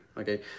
Okay